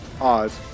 oz